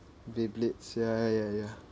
beyblades ya ya ya